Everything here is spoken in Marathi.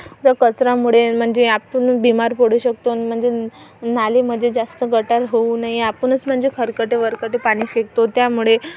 त्या कचरामुळे म्हणजे आपण बिमार पडू शकतो ना म्हणजे नालीमध्ये जास्त गटार होऊ नये आपणच म्हणजे खरकटे वरकटे पाणी फेकतो त्यामुळे